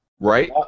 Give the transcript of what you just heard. Right